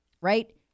right